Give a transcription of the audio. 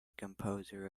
composer